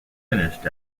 finished